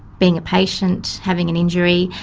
being a patient, having an injury.